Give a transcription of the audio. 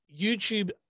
YouTube